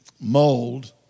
mold